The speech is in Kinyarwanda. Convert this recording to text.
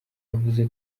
yavuze